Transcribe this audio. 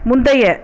முந்தைய